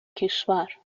کشور